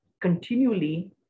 continually